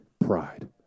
pride